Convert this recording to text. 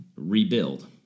rebuild